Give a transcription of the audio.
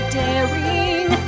daring